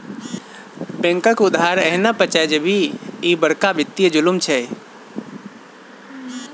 बैंकक उधार एहिना पचा जेभी, ई बड़का वित्तीय जुलुम छै